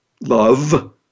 love